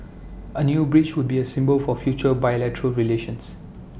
A new bridge would be A symbol for future bilateral relations